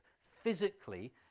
physically